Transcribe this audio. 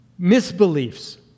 misbeliefs